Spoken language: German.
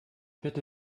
bitte